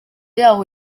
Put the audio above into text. yaho